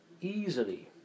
easily